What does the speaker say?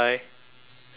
six